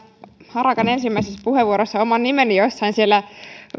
harakan ensimmäisessä puheenvuorossa oman nimeni jossain siellä